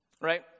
right